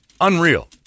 Unreal